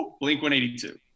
Blink-182